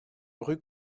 rue